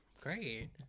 great